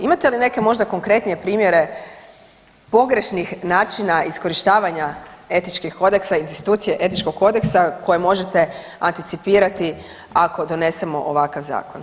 Imate li neke možda konkretnije primjere pogrešnih načina iskorištavanja etičkih kodeksa i institucije etičkog kodeksa koje možete anticipirati ako donesemo ovakav zakon?